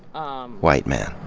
um white men.